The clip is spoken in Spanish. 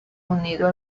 unido